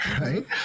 right